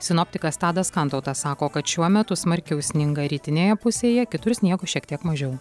sinoptikas tadas kantautas sako kad šiuo metu smarkiau sninga rytinėje pusėje kitur sniego šiek tiek mažiau